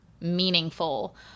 meaningful